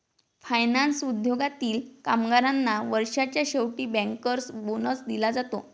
finance उद्योगातील कामगारांना वर्षाच्या शेवटी बँकर्स बोनस दिला जाते